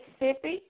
Mississippi